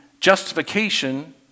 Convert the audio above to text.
justification